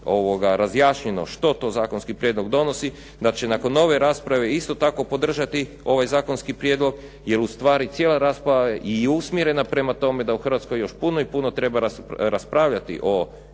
razjašnjeno što to zakonski prijedlog donosi, da će nakon ove rasprave isto tako podržati ovaj zakonski prijedlog, jer ustvari cijela rasprava je i usmjerena prema tome da u Hrvatskoj još puno i puno treba raspravljati o